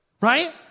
right